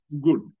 good